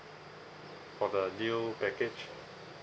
for the deal package